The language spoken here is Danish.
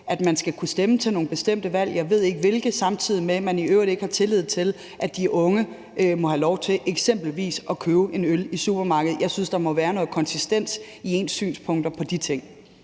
at man skal kunne stemme til nogle bestemte valg; jeg ved ikke hvilke. Samtidig har man i øvrigt ikke tillid til, at de unge må have lov til eksempelvis at købe en øl i supermarkedet. Jeg synes, der må være noget konsistens i ens syn på de ting.